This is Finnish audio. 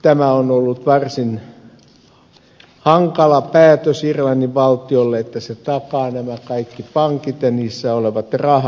tämä on ollut varsin hankala päätös irlannin valtiolle että se takaa nämä kaikki pankit ja niissä olevat rahat